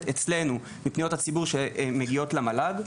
אצלנו מפניות הציבור שמגיעות למל"ג.